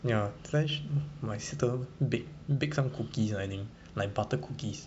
ya that time my sister bake bake some cookies ah I think like butter cookies